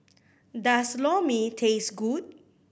does Lor Mee taste good